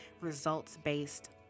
results-based